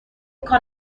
کنم